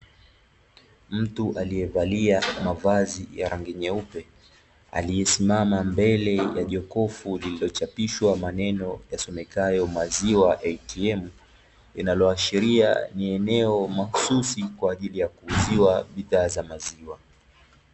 Mtu aliyevalia mavazi ya rangi nyeupe aliyesimama mbele ya jokofu lililochapishwa maneno yasomekayo "maziwa ATM, linaloashiria ni eneo mahususi kwa ajili ya kuuziwa bidhaa za maziwa.